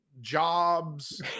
Jobs